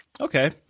Okay